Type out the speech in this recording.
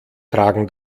tragen